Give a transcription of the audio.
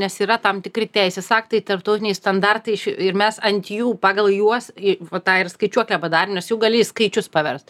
nes yra tam tikri teisės aktai tarptautiniai standartai ir mes ant jų pagal juos į va tą ir skaičiuoklę padarėm nes jau gali į skaičius paverst